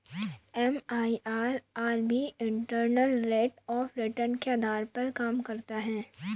MIRR भी internal rate of return के आधार पर काम करता है